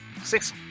six